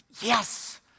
yes